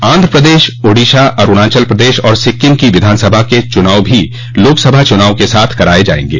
आन्ध्रप्रदेश ओडिशा अरूणाचल प्रदेश और सिक्किम की विधानसभा के चुनाव भी लोकसभा चुनाव के साथ कराये जायेंगे